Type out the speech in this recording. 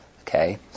Okay